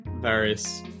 various